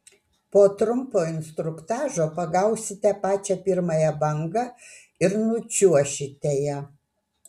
po trumpo instruktažo pagausite pačią pirmąją bangą ir nučiuošite ja